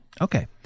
Okay